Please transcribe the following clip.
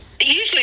Usually